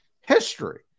history